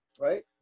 right